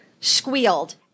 squealed